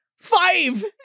five